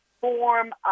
form